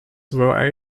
were